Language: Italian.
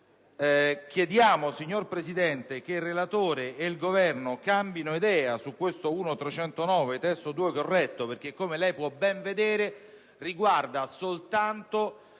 Chiediamo, signor Presidente, che il relatore e il Governo cambino idea sull'emendamento 1.309 (testo 2 corretto) perché, come lei può ben vedere, esso riguarda soltanto